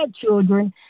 children